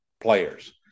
players